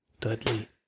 Dudley